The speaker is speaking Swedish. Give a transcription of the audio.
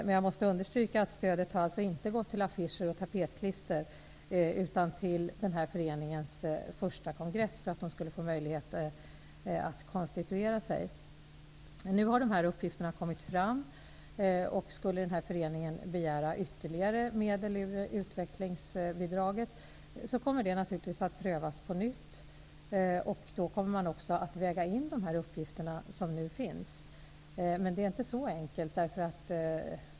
Men jag måste understryka att stödet inte har gått till affischer och tapetklister, utan till föreningens första kongress, för att man skulle få möjlighet att konstituera sig. Nu har dessa uppgifter kommit fram. Skulle den här föreningen begära ytterligare utvecklingsbidrag kommer det naturligtvis att prövas på nytt. Då kommer man också att väga in de uppgifter som nu finns. Men det är inte så enkelt.